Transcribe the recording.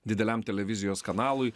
dideliam televizijos kanalui